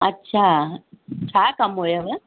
अछा छा कमु हुयुव